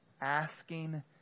asking